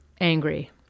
angry